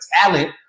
talent